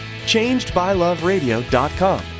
changedbyloveradio.com